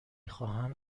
خواهم